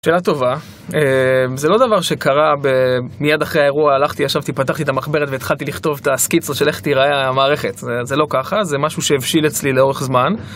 שאלה טובה, זה לא דבר שקרה במייד אחרי האירוע, הלכתי, ישבתי, פתחתי את המחברת והתחלתי לכתוב את הסקיצה של איך תיראה המערכת, זה לא ככה, זה משהו שהבשיל אצלי לאורך זמן.